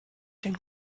den